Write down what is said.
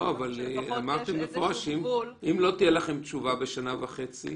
לא ביצע המפעיל פעולות כאמור תוך שנים עשר חודשים מיום התחילה,